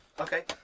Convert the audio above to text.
Okay